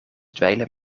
dweilen